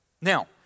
Now